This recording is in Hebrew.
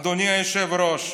אדוני היושב-ראש,